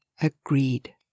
agreed